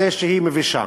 זה שהיא מבישה.